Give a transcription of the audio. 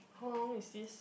how long is this